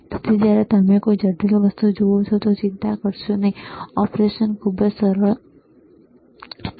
તેથી જ્યારે તમે કોઈ જટિલ વસ્તુને જુઓ છો ત્યારે ચિંતા કરશો નહીં ઓપરેશન ખરેખર સરળ છે બરાબર